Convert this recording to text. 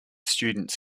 students